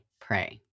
pray